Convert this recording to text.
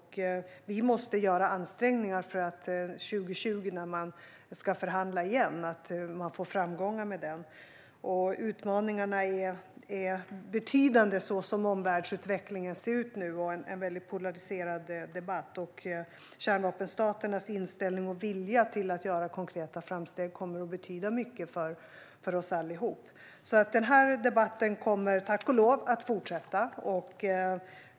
Vi måste göra ansträngningar för att man 2020 när man ska förhandla igen får framgångar med den. Som omvärldsutvecklingen ser ut nu är utmaningarna betydande och debatten väldigt polariserad. Kärnvapenstaternas inställning och vilja att göra konkreta framsteg kommer att betyda mycket för oss allihop, så den här debatten kommer tack och lov att fortsätta.